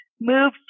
moved